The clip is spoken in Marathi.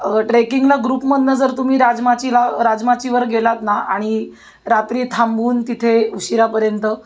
ट्रेकिंगला ग्रुपमधनं जर तुम्ही राजमाचीला राजमाचीवर गेलात ना आणि रात्री थांबून तिथे उशिरापर्यंत